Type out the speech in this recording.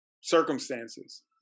circumstances